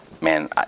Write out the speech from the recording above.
man